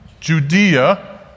Judea